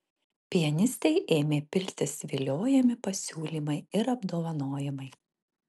pianistei ėmė piltis viliojami pasiūlymai ir apdovanojimai